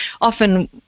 often